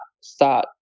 start